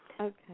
Okay